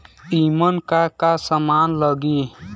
ईमन का का समान लगी?